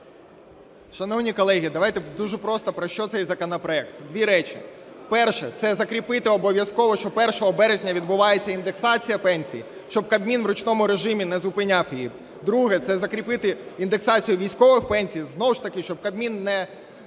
Шановні колеги, давайте дуже просто, про що цей законопроект. Дві речі. Перше – це закріпити обов'язково, що 1 березня відбувається індексація пенсій. Щоб Кабмін в ручному режимі не зупиняв її. Друге – це закріпити індексацію військових пенсій. Знову ж таки щоб Кабмін не